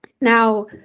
Now